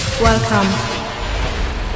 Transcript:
Welcome